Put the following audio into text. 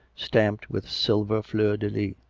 stamped with silver fleur-de-lys.